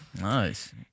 Nice